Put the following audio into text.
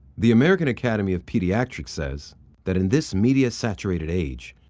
the american academy of pediatrics says that, in this media-saturated age,